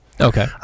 okay